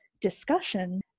discussion